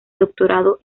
doctorado